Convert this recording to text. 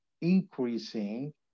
increasing